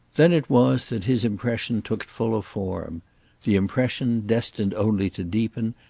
then it was that his impression took fuller form the impression, destined only to deepen,